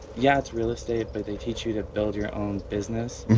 yeah, it's real estate, but they teach you to build your own business.